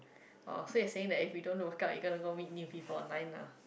oh so you saying that if we don't lock up we gonna go meet new people online lah